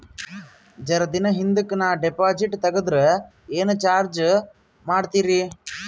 ಜರ ದಿನ ಹಿಂದಕ ನಾ ಡಿಪಾಜಿಟ್ ತಗದ್ರ ಏನ ಚಾರ್ಜ ಮಾಡ್ತೀರಿ?